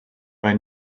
bei